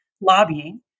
lobbying